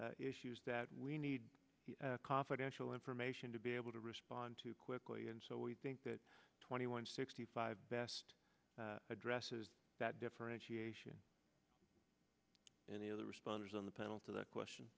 emergency issues that we need confidential information to be able to respond to quickly and so we think that twenty one sixty five best addresses that differentiation and the other responders on the panel to that question